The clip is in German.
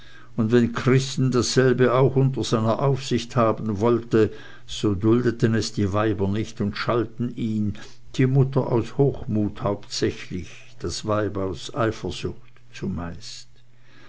und wenn christen dasselbe auch unter seiner aufsicht haben wollte so duldeten die weiber es nicht und schalten ihn die mutter aus hochmut hauptsächlich das weib aus eifersucht zumeist